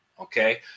okay